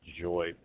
Joy